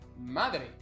Madre